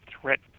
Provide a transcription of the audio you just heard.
threat